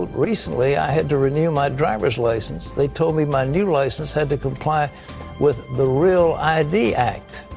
ah recently i had to renew my driver's license. they told me my new license had to comply with the real id act.